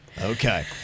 Okay